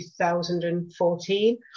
2014